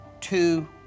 two